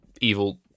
evil